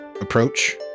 approach